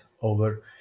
over